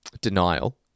denial